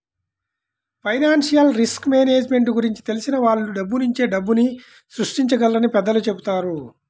financial risk management గురించి తెలిసిన వాళ్ళు డబ్బునుంచే డబ్బుని సృష్టించగలరని పెద్దలు చెబుతారు